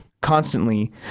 constantly